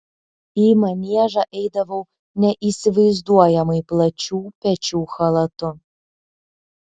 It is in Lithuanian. į maniežą eidavau neįsivaizduojamai plačių pečių chalatu